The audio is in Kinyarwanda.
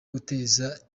guteza